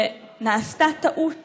שנעשתה טעות